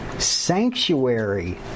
sanctuary